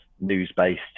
news-based